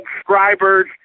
subscribers